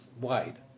wide